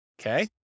Okay